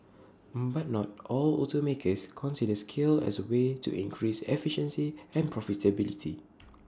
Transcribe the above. but not all automakers consider scale as A way to increased efficiency and profitability